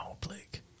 Blake